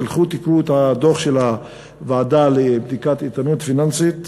תלכו ותקראו את הדוח של הוועדה לבדיקת איתנות פיננסית,